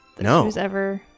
No